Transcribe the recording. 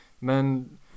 Men